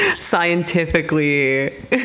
scientifically